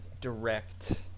direct